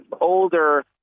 older